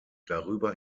darüber